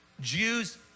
Jews